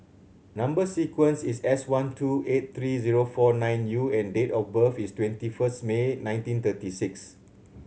number sequence is S one two eight three zero four nine U and date of birth is twenty first May nineteen thirty six